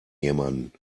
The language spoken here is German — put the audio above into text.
jemanden